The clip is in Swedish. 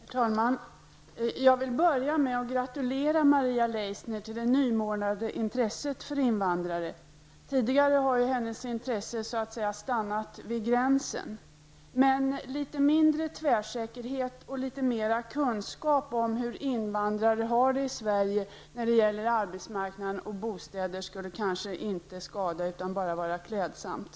Herr talman! Jag vill börja med att gratulera Maria Leissner till det nymornade intresset för invandrare. Tidigare har hennes intresse så att säga stannat vid gränsen. Litet mindre tvärsäkerhet och litet mera kunskap om hur invandrare har det i Sverige när det gäller arbetsmarknaden och bostäder skulle kanske inte skada utan vara bara klädsamt.